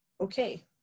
okay